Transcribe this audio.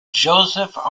joseph